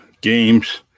games